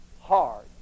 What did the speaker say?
hard